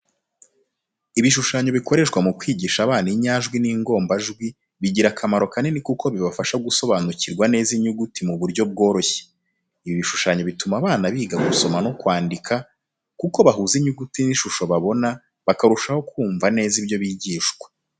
Ibishushanyo bikoreshwa mu kwigisha abana inyajwi n'ingombajwi bigira akamaro kanini kuko bibafasha gusobanukirwa neza inyuguti mu buryo bworoshye. Ibi bishushanyo bituma abana biga gusoma no kwandika, kuko bahuza inyuguti n'ishusho babona bakarushaho kumva neza ibyo bigishwa.